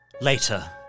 Later